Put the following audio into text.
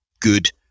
good